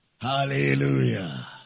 Hallelujah